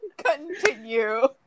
Continue